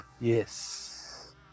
Yes